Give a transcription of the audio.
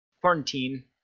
quarantine